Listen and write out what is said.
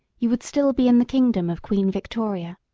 you would still be in the kingdom of queen victoria.